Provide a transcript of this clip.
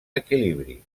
equilibri